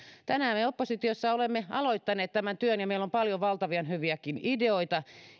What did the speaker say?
tänään me oppositiossa olemme aloittaneet tämän työn ja meillä on paljon valtavan hyviä ideoita